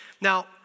Now